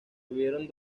tuvieron